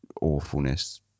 awfulness